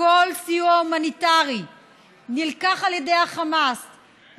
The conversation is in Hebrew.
שנאבק נגד כיבוש עובר תחנות רבות,